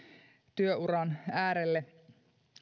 työuran äärelle